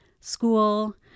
school